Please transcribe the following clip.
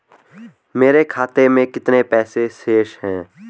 मेरे खाते में कितने पैसे शेष हैं?